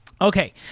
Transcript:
Okay